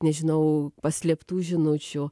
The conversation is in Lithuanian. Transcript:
nežinau paslėptų žinučių